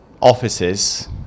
offices